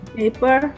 paper